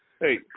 Hey